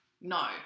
no